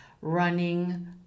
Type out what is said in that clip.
running